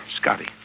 Scotty